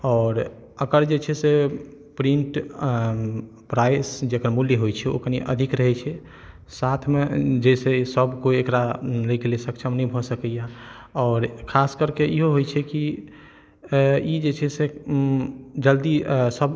आओर एकर जे छै से प्रिंट प्राइस जेकर मूल्य होइत छै ओ कनी अधिक रहैत छै साथमे जाहिसँ ई सब केओ एकरा लयके लिए सक्षम नहि भऽ सकैया आओर खास करिके इहो होइत छै कि ई जे छै से जल्दी सब